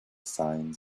signs